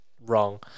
Wrong